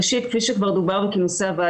ראשית, כפי שכבר דובר קודם,